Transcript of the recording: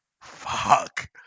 Fuck